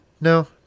No